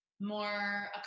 more